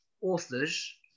authors